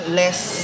less